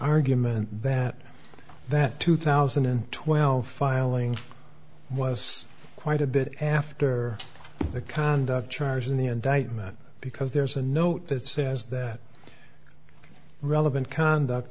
argument that that two thousand and twelve filing was quite a bit after the conduct charges in the indictment because there's a note that says that relevant conduct